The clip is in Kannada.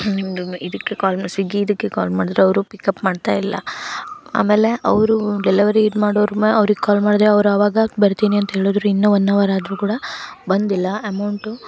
ನಿಮ್ಮದು ಇದಕ್ಕೆ ಕಾಲ್ ಮಾ ಸ್ವಿಗ್ಗಿ ಇದಕ್ಕೆ ಕಾಲ್ ಮಾಡಿದ್ರೆ ಅವರು ಪಿಕಪ್ ಮಾಡ್ತಾ ಇಲ್ಲ ಆಮೇಲೆ ಅವರು ಡೆಲವರಿ ಇದು ಮಾಡೋರು ಅವ್ರಿಗೆ ಕಾಲ್ ಮಾಡಿದ್ರೆ ಅವ್ರು ಅವಾಗ ಬರ್ತೀನಿ ಅಂತ ಹೇಳಿದ್ರು ಇನ್ನೂ ಒನ್ ಅವರ್ ಆದರೂ ಕೂಡ ಬಂದಿಲ್ಲ ಎಮೌಂಟು